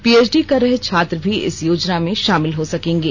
PhD कर रहे छात्र भी इस योजना में शामिल हो सकेंगे